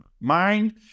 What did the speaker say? mind